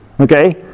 Okay